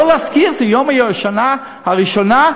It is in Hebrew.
לא להזכיר את יום השנה הראשון?